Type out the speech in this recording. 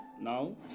now